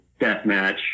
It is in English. Deathmatch